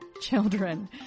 children